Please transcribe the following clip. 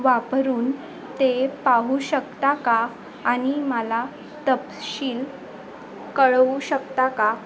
वापरून ते पाहू शकता का आणि मला तपशील कळवू शकता का